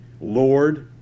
Lord